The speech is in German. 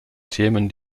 themen